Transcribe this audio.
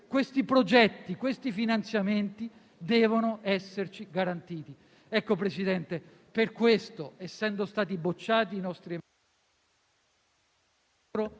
Questi progetti, questi finanziamenti devono esserci garantiti». Ecco, Presidente, per questo, essendo stati bocciati i nostri emendamenti,